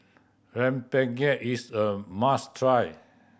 rempeyek is a must try